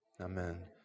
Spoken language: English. Amen